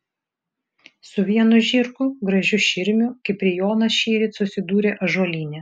su vienu žirgu gražiu širmiu kiprijonas šįryt susidūrė ąžuolyne